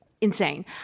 insane